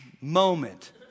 moment